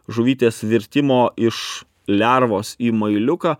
žuvytės virtimo iš lervos į mailiuką